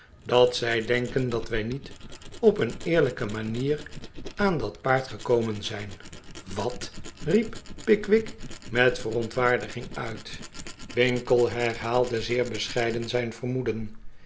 dat zij denken dat wij niet op een'eerlijke manier aan dat paard gekomen zijn wat riep pickwick met verontwaardiging uit winkle herhaalde zeer bescheiden zijn vermoeden